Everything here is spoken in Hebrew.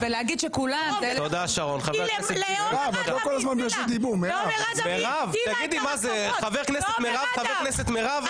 לעומר אדם היא הפעילה את הרכבות,